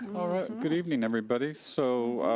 alright, good evening, everybody, so.